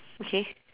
okay